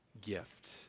gift